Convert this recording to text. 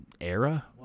era